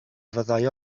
fyddai